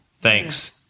Thanks